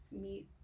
meet